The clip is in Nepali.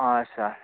अँ सर